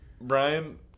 Brian